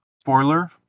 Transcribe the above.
spoiler